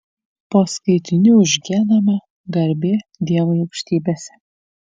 po skaitinių užgiedama garbė dievui aukštybėse